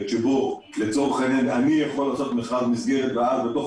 שבו אני יכול לעשות מכרז מסגרת ובתוכו